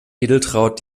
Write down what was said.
edeltraud